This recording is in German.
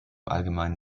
allgemeinen